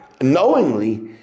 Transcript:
knowingly